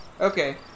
Okay